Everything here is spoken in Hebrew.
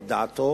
את דעתו